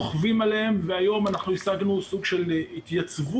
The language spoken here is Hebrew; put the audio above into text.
רוכבים עליהם והיום אנחנו השגנו סוג של התייצבות